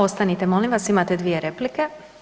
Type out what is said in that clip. Ostanite, molim vas, imate dvije replike.